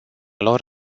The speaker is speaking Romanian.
lor